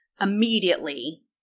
Immediately